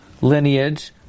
lineage